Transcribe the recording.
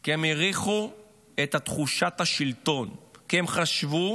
כי הם הריחו את תחושת השלטון, כי הם חשבו